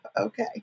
Okay